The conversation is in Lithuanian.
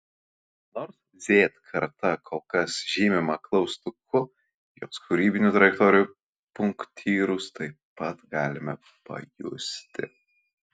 nors z karta kol kas žymima klaustuku jos kūrybinių trajektorijų punktyrus taip pat galime pajusti